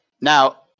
Now